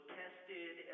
tested